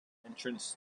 entrance